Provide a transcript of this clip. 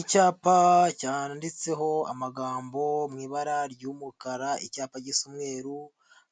Icyapa cyanditseho amagambo mu ibara ry'umukara, icyapa gisa umweru,